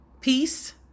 Peace